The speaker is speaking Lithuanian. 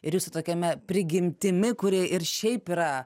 ir jūsų tokiame prigimtimi kuri ir šiaip yra